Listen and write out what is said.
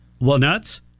Walnuts